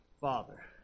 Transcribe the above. Father